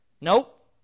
Nope